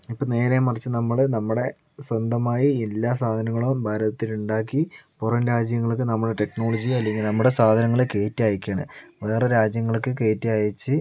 ഇപ്പോൾ നേരെ മറിച്ച് നമ്മള് നമ്മുടെ സ്വന്തമായി എല്ലാ സാധനങ്ങളും ഭാരതത്തിൽ ഉണ്ടാക്കി പുറംരാജ്യങ്ങൾക്ക് നമ്മുടെ ടെക്നോളജി അല്ലെങ്കിൽ നമ്മുടെ സാധനങ്ങള് കയറ്റി അയക്കുകയാണ് വേറെ രാജ്യങ്ങൾക്ക് കയറ്റി അയച്ച്